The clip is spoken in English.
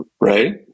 right